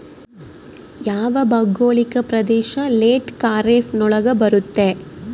ಯಾವ ಭೌಗೋಳಿಕ ಪ್ರದೇಶ ಲೇಟ್ ಖಾರೇಫ್ ನೊಳಗ ಬರುತ್ತೆ?